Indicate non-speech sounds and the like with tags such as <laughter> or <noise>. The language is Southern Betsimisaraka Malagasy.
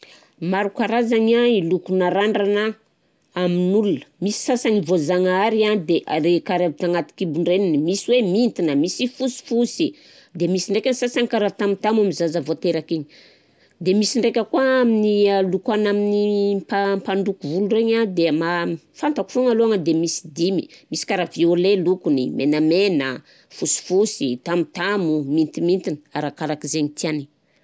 Maro karazagny a i lokona randrana amin'ol, misy sasany voazagnahary a de arekaratagna avy an-kibon-dreniny, misy hoe mintina, misy fosifosy, de misy ndraika ny sasany karaha tamotamo ami zaza vô teraka igny, de misy ndraika koà amin'ny <hesitation> lokoana amin'ny mpa- mpandoko volo regny a de ma- fantako foana lôgnany de misy dimy: misy karah violet lokony, menamena, fosifosy, tamotamo, mintimintina arakarak'izay tiany.